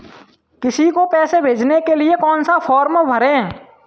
किसी को पैसे भेजने के लिए कौन सा फॉर्म भरें?